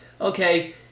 Okay